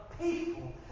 people